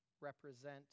represent